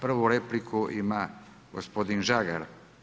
Prvu repliku ima gospodin Žagar.